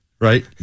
right